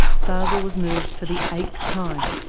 fazel was moved for the eighth time,